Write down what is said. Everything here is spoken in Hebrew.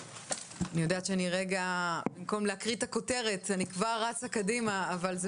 אני יודעת שבמקום להקריא את הכותרת אני כבר רצה קדימה אבל זה